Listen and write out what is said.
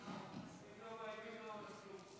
לוועדת החינוך,